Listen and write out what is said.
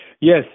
Yes